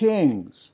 Kings